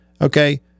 Okay